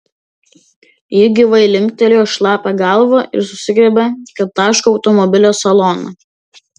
ji gyvai linktelėjo šlapią galvą ir susigriebė kad taško automobilio saloną